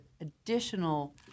additional